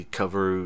cover